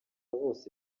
bose